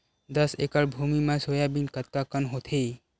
दस एकड़ भुमि म सोयाबीन कतका कन होथे?